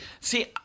see